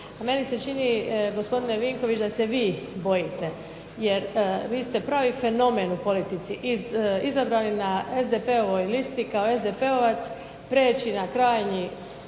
Meni se čini, gospodine Vinković, da se vi bojite jer vi ste pravi fenomen u politici, izabrani na SDP-ovoj listi kao SDP-ova preći na krajnju,